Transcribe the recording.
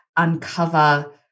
uncover